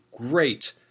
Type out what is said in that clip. great